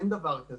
אין דבר כזה.